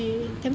mm